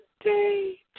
day